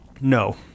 No